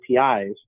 APIs